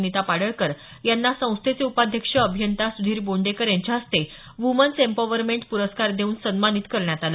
नीता पाडळकर यांना संस्थेचे उपाध्यक्ष अभियंता सुधीर बोंडेकर यांच्या हस्ते वुमन्स एम्पॉवरमेंट पुरस्कार देवून सन्मानित करण्यात आल